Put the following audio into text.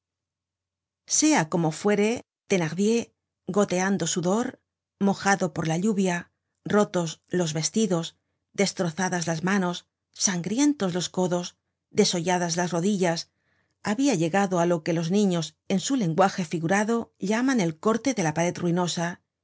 sea como fuere thenardier goteando sudor mojado por la lluvia rotos los vestidos destrozadas las manos sangrientos los codos desolladas las rodillas habia llegado á lo que los niños en su lenguaje figurado llaman el corte de la pared ruinosa